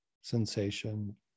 sensation